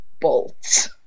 bolts